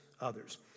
others